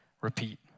repeat